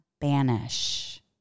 banish